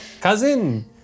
cousin